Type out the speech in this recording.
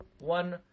one